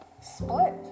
split